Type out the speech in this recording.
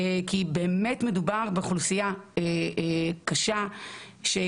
באמת מדובר באוכלוסייה קשה,